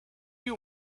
you